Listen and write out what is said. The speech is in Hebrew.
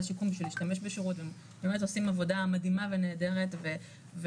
שיקום בשביל להשתמש בשירות והם באמת עושים עבודה מדהימה ונהדרת ובשנים